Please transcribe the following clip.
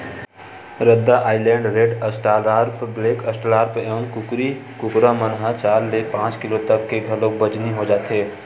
रद्दा Island Red, Australorp, black Australorp, ए कुकरी कुकरा मन ह चार ले पांच किलो तक के घलोक बजनी हो जाथे